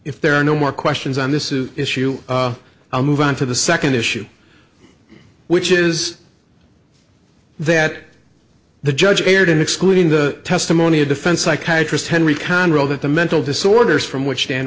if there are no more questions on this is issue i'll move on to the second issue which is that the judge erred in excluding the testimony of defense psychiatry henry can rule that the mental disorders from which dan